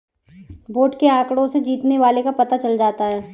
vote के आंकड़ों से जीतने वाले का पता चल जाता है